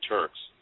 Turks